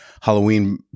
Halloween